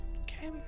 Okay